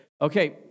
Okay